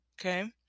Okay